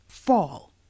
fall